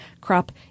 crop